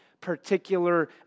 particular